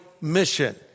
mission